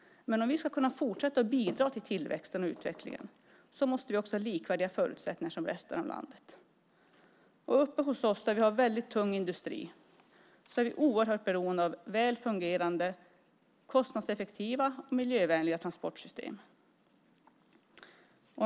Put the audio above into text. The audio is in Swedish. Men om vi ska kunna fortsätta att bidra till tillväxten och utvecklingen måste vi också ha förutsättningar som är likvärdiga med resten av landet. Uppe hos oss, där vi har väldigt tung industri, är vi oerhört beroende av väl fungerande, kostnadseffektiva och miljövänliga transportsystem.